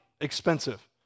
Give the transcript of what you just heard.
expensive